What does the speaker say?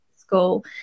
school